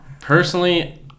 Personally